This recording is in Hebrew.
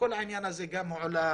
כל העניין גם הועלה,